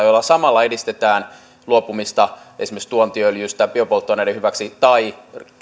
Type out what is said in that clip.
joilla samalla edistetään luopumista esimerkiksi tuontiöljystä biopolttoaineiden hyväksi tai